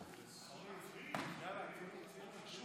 היום הם התנגדו לזה.